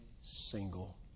single